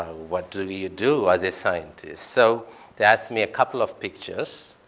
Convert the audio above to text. what do you do as a scientist? so they asked me a couple of pictures,